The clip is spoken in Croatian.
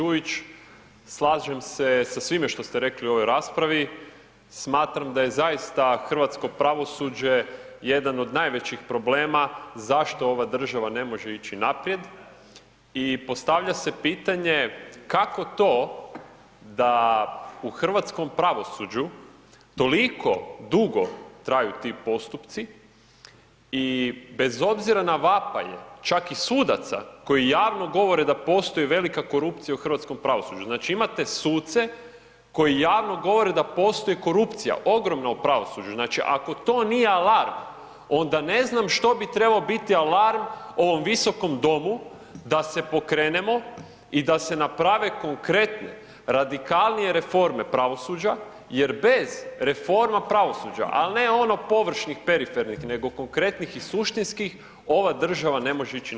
G. Đujić, slažem se sa svime što ste rekli u ovoj raspravi, smatram da je zaista hrvatsko pravosuđe jedan od najvećih problema zašto ova država ne može ići naprijed i postavlja se pitanje kako to da u hrvatskom pravosuđu toliko dugo traju ti postupci i bez obzira na vapaje, čak i sudaca, koji javno govore da postoji velika korupcija u hrvatskom pravosuđu, znači imate suce, koji javno govore da postoji korupcija, ogromna u pravosuđu, znači ako to nije alarm, onda ne znam što bi trebao biti alarm ovom visokom domu, da se pokrenemo i da se naprave konkretne radikalnije reforme pravosuđa jer bez reforma pravosuđa, ali ne ono površnih perifernih, nego konkretnih i suštinskih, ova država ne može ići naprijed.